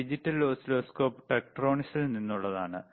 ഈ digital oscilloscope ടെക്ട്രോണിക്സിൽ നിന്നുള്ളതാണ്